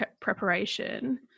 preparation